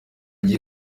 agiye